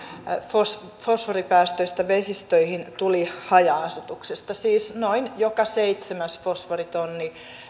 kolmetoista prosenttia fosforipäästöistä vesistöihin tuli haja asutuksesta siis noin joka seitsemäs fosforitonni